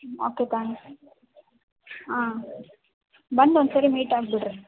okay thanks ಆಂ ಬಂದು ಒಂದು ಸಾರಿ ಮೀಟಾಗಿಬಿಡ್ರಿ